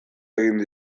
egin